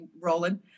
Roland